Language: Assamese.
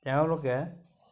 তেওঁলোকে